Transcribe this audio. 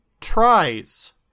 tries